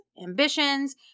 ambitions